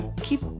keep